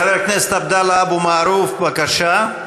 חבר הכנסת עבדאללה אבו מערוף, בבקשה.